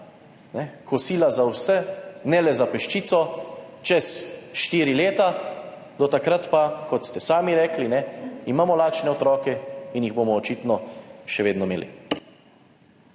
kosila za vse, ne le za peščico, čez štiri leta, do takrat pa, kot ste sami rekli, imamo lačne otroke in jih bomo očitno še vedno imeli.